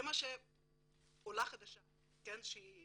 זה מה שעולה חדשה שהיא